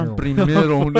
primero